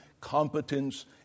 Competence